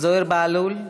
זוהיר בהלול,